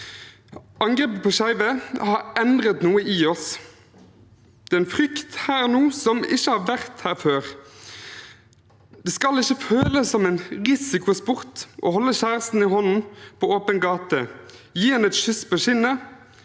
Angrepet på skeive har endret noe i oss. Det er en frykt her nå som ikke har vært her før. Det skal ikke føles som en risikosport å holde kjæresten i hånden på åpen gate og gi ham et kyss på kinnet,